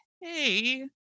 hey